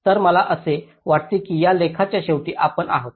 तर मला असे वाटते की या लेखाच्या शेवटी आपण आहोत